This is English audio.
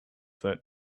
that